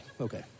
Okay